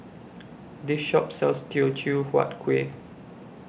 This Shop sells Teochew Huat Kuih